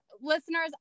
listeners